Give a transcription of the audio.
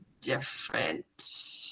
different